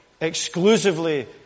exclusively